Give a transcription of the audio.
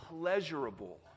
pleasurable